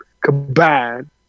combined